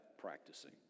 practicing